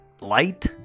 light